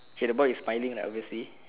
okay the boy is smiling lah obviously